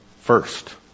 first